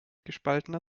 gespaltener